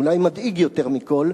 אולי המדאיג יותר מכול,